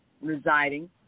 residing